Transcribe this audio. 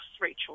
Rachel